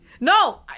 No